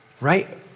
right